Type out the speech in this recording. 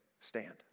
stand